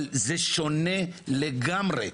אבל, זה שונה לגמרי.